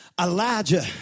Elijah